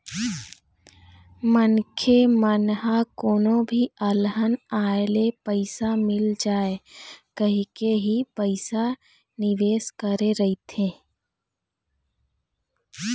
मनखे मन ह कोनो भी अलहन आए ले पइसा मिल जाए कहिके ही पइसा निवेस करे रहिथे